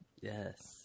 yes